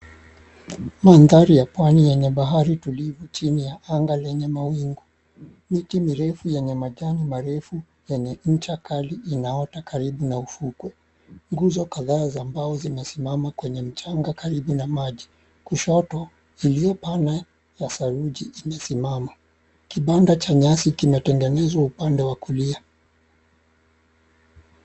Mandhari ya pwani yenye bahari tulivu chini ya anga lenye mawingu, miti mirefu yenye majani marefu yenye incha kali inaota karibu na ufukwe, nguzo kadhaa za mbao zimesimama kwenye mchanga karibu na maji kushoto iliyopana ya saruji imesimama. Kibanda cha nyasi kimetengenezwa upande wa kulia.